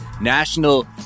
National